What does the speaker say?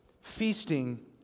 Feasting